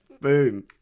Boom